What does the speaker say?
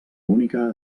única